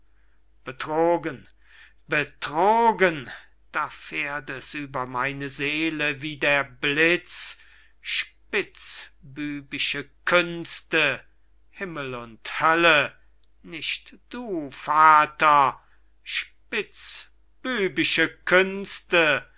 betrogen betrogen da fährt es über meine seele wie der blitz spitzbübische künste himmel und hölle nicht du vater spitzbübische künste